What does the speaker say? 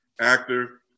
actor